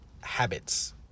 habits